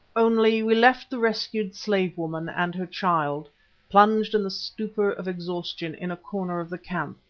only we left the rescued slave-woman and her child plunged in the stupor of exhaustion in a corner of the camp.